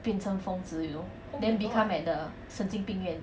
变成疯子 you know then become at the 神经病院